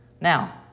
Now